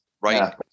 right